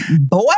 boy